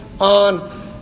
on